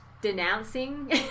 denouncing